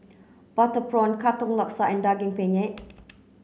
butter prawn Katong Laksa and Daging Penyet